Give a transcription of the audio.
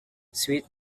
sweet